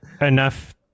enough